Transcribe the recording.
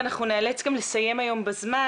ואנחנו ניאלץ היום גם לסיים היום בזמן,